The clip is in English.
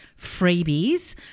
freebies